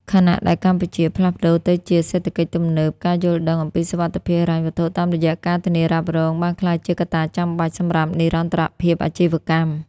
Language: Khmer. ខណៈដែលកម្ពុជាផ្លាស់ប្តូរទៅជាសេដ្ឋកិច្ចទំនើប ការយល់ដឹងអំពីសុវត្ថិភាពហិរញ្ញវត្ថុតាមរយៈការធានារ៉ាប់រង បានក្លាយជាកត្តាចាំបាច់សម្រាប់និរន្តរភាពអាជីវកម្ម។